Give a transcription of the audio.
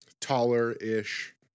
taller-ish